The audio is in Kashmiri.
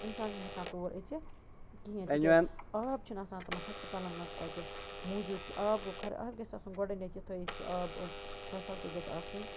اِنسان چھُنہٕ ہیکان تور أژِتھ کِہیٖنٛۍ تِکیٛازِ آب چھُنہٕ آسان تمن ہسپتالن منٛز تَتہِ موٗجوٗد کہِ آب گوٚو خر اَتھ گژھِ آسُن گۄڈٕ یہِ تھٲیتھ کہِ آب فیٚسلٹی گژھِ آسٕنۍ